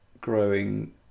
growing